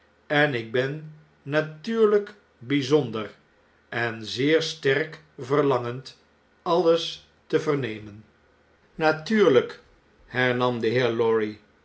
en ik ben natuurljjk byzonder en zeer sterk verlangend alles te vernemen natuurljjk hernam de heer lorry